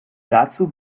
dazu